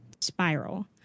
spiral